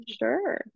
sure